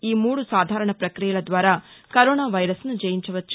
ఈ మూడు సాధారణ ప్రక్రియల ద్వారా కరోనా వైరస్ను జయించవచ్చు